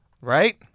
right